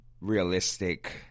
realistic